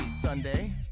Sunday